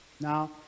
Now